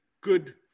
good